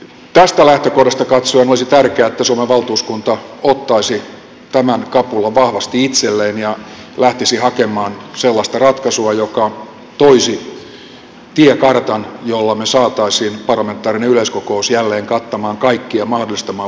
tästä lähtökohdasta katsoen olisi tärkeää että suomen valtuuskunta ottaisi tämän kapulan vahvasti itselleen ja lähtisi hakemaan sellaista ratkaisua joka toisi tiekartan jolla me saisimme parlamentaarisen yleiskokouksen jälleen kattamaan kaikki ja mahdollistamaan vuoropuhelun